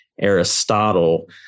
Aristotle